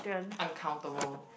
uncountable